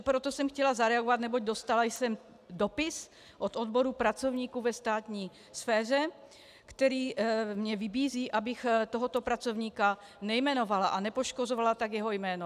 Proto jsem chtěla zareagovat, neboť jsem dostala dopis od odboru pracovníků ve státní sféře, který mě vybízí, abych tohoto pracovníka nejmenovala a nepoškozovala tak jeho jméno.